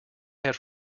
had